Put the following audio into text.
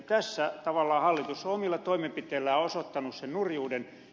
tässä tavallaan hallitus on omilla toimenpiteillään osoittanut sen nurjuuden